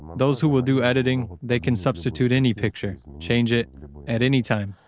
those who will do editing they can substitute any picture, change it at any time.